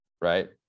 right